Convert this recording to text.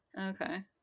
okay